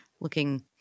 looking